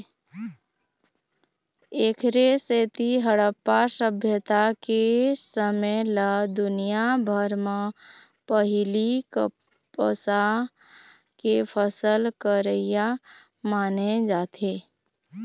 एखरे सेती हड़प्पा सभ्यता के समे ल दुनिया भर म पहिली कपसा के फसल करइया माने जाथे